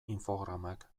infogramak